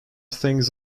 things